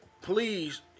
please